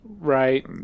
Right